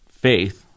faith